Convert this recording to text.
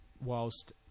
whilst